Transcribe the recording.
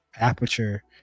aperture